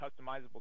customizable